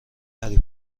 هری